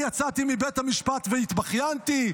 אני יצאתי מבית המשפט והתבכיינתי?